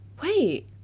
wait